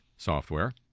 software